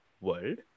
world